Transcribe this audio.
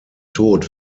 tod